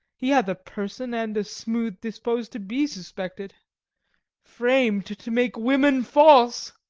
he hath a person, and a smooth dispose, to be suspected fram'd to make women false.